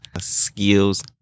Skills